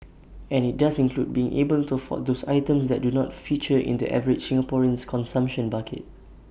and IT does include being able to afford those items that do not feature in the average Singaporean's consumption basket